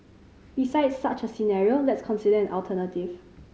besides such a scenario let's consider an alternative